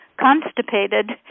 constipated